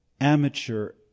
amateur